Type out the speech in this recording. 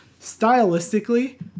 Stylistically